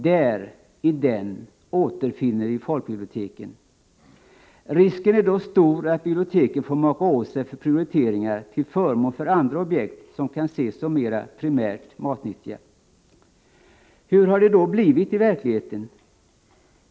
Där, i den, återfinner vi folkbiblioteken. Risken är då stor att biblioteken får maka åt sig för prioteringar till förmån för andra objekt som kan ses som mer primärt matnyttiga. Hur har det då blivit i verkligheten?